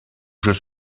jeux